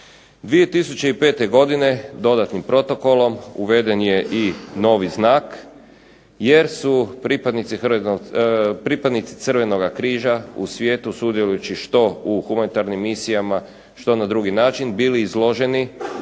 2005. godine dodatnim protokolom uveden je i novi znak jer su pripadnici Crvenog križa u svijetu, sudjelujući što u humanitarnim misijama što na drugi način, bili izloženi